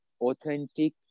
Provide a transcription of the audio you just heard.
authentic